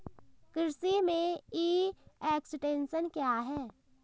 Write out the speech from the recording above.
कृषि में e extension क्या है?